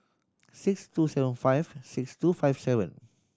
six two seven five six two five seven